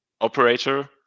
operator